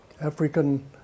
African